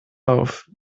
auf